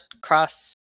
cross